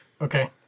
Okay